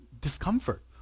discomfort